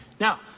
Now